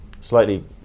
slightly